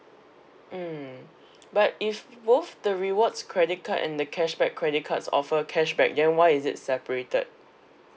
mm but if both the rewards credit card and the cashback credit cards offer cashback then why is it separated